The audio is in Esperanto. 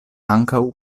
ankaŭ